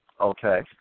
Okay